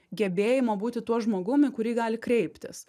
gebėjimo būti tuo žmogum į kurį gali kreiptis